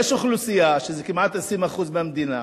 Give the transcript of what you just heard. יש אוכלוסייה, וזה כמעט 20% מהמדינה,